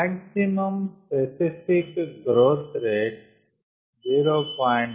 maximum specific growth rate 0